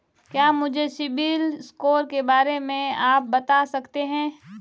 क्या मुझे सिबिल स्कोर के बारे में आप बता सकते हैं?